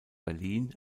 berlin